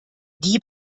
die